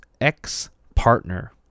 ex-partner